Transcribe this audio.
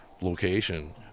location